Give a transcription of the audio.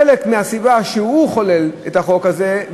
אחת הסיבות שהוא חולל את החוק הזה,